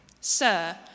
Sir